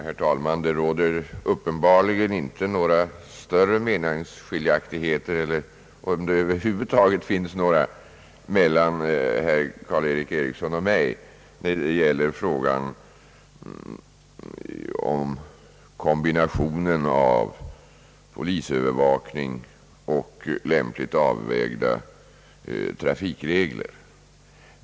Herr talman! Det råder uppenbarligen inte några större meningsskiljaktigheter — om det nu över huvud taget finns några sådana mellan herr Karl Erik Eriksson och mig i fråga om kombinationen av = polisövervakning och lämpligt avvägda trafikregler.